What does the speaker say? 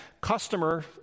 customer